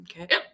Okay